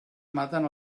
maten